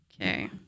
okay